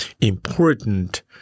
important